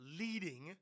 leading